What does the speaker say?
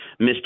Mr